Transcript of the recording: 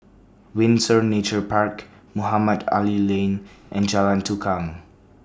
Windsor Nature Park Mohamed Ali Lane and Jalan Tukang